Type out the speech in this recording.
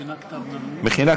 מכינה כתב מינוי.